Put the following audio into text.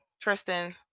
Tristan